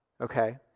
okay